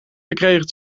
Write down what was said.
gekregen